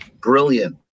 Brilliant